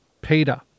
Peter